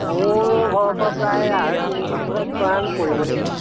মোৰ ঘৰৰ পৰা প্ৰায় আঢ়ৈ তিনি কিলোমিটাৰমান পৰিব নেকি